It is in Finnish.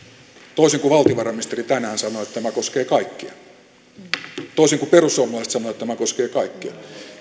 toisin kuin valtiovarainministeri tänään sanoi että tämä koskee kaikkia ja toisin kuin perussuomalaiset sanoivat että tämä koskee kaikkia